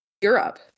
Europe